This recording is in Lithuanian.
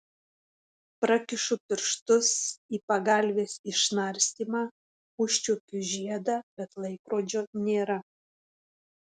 prakišu pirštus į pagalvės išnarstymą užčiuopiu žiedą bet laikrodžio nėra